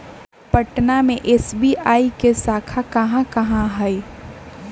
पटना में एस.बी.आई के शाखा कहाँ कहाँ हई